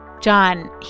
John